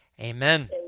Amen